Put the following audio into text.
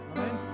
Amen